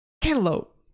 cantaloupe